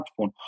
smartphone